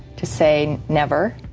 to say never.